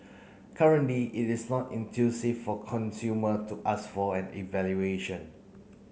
currently it is not for consumer to ask for an evaluation